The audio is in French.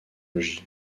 logis